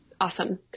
Awesome